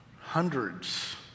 hundreds